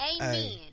Amen